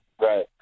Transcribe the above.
Right